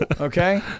Okay